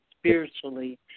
spiritually